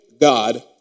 God